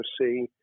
see